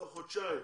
תוך חודשיים.